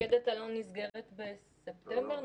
מפקדת אלון נסגרת בספטמבר?